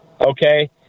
Okay